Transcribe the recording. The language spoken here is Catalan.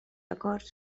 acords